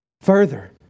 Further